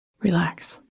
Relax